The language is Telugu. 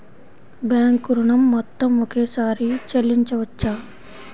బ్యాంకు ఋణం మొత్తము ఒకేసారి చెల్లించవచ్చా?